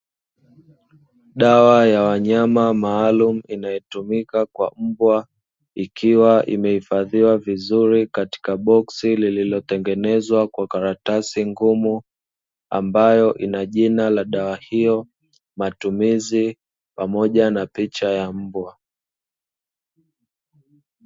Dawa ya wanyama maalumu inayotumika kwa Mbwa, ikiwa imehifadhiwa vizuri katika boksi lililo tengenezwa kwa karatasi ngumu ambayo inajina la dawa hiyo, matumizi pamoja na picha ya Mbwa.